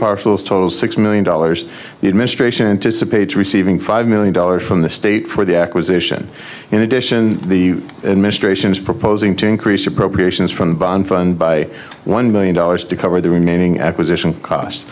parcels total six million dollars the administration to support receiving five million dollars from the state for the acquisition in addition the administration is proposing to increase appropriations from bond fund by one million dollars to cover the remaining acquisition cos